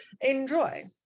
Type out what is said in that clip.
Enjoy